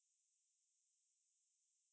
ah இல்ல நா பாக்கமாட்ட:illa naa paakkamaatta